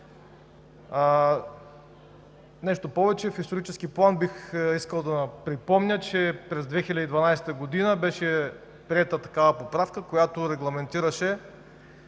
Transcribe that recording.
Нещо повече, в исторически план бих искал да припомня, че през 2012 г. беше приета такава поправка, която регламентираше